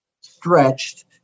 stretched